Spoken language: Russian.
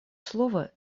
слово